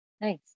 Nice